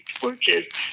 torches